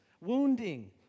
wounding